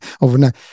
overnight